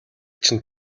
чинь